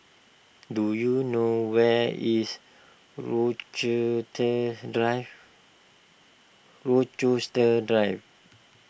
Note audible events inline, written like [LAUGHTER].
do you know where is [UNINTELLIGIBLE] Drive Rochester Drive